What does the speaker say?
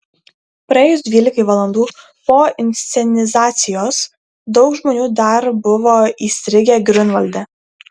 praėjus dvylikai valandų po inscenizacijos daug žmonių dar buvo įstrigę griunvalde